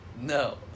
no